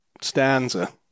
stanza